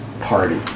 party